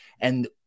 And-